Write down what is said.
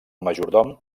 majordom